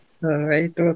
right